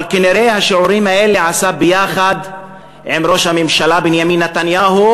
אבל כנראה את השיעורים האלה הוא עשה יחד עם ראש הממשלה בנימין נתניהו,